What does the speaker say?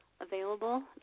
available